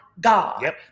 God